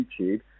YouTube